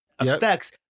effects